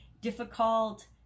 difficult